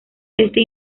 este